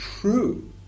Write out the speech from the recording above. true